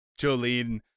Jolene